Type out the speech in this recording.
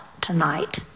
tonight